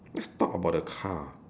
let's talk about the car